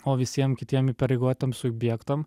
o visiem kitiem įpareigotiem subjektam